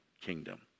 kingdom